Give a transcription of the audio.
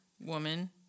woman